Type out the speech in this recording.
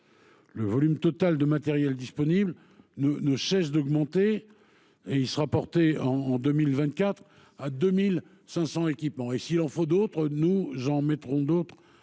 Le volume total de matériel ne cesse d'augmenter ; il sera porté en 2024 à 2 500 équipements. S'il en fallait davantage, nous en mettrions d'autres